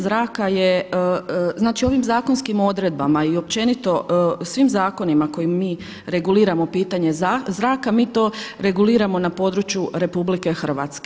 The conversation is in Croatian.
Znači ovim zakonskim odredbama i općenito svim zakonima kojima mi reguliramo pitanje zraka, mi to reguliramo na području RH.